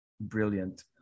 Brilliant